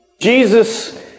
Jesus